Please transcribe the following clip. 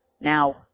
now